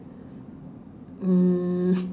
mm